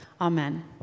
Amen